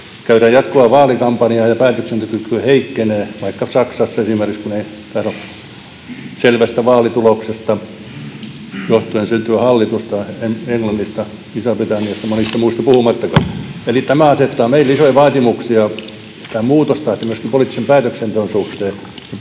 Käydään jatkuvaa vaalikampanjaa, ja päätöksentekokyky heikkenee, vaikkapa esimerkiksi Saksassa, jossa ei tahdo selvästä vaalituloksesta huolimatta syntyä hallitusta — Isosta-Britanniasta, monista muista puhumattakaan. Eli tämä asettaa meille isoja vaatimuksia muutoksesta myöskin poliittisen päätöksenteon suhteen.